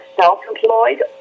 self-employed